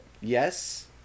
Yes